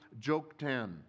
Joktan